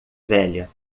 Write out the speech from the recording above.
velha